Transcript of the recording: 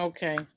Okay